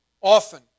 often